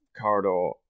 corridor